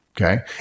Okay